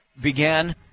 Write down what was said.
began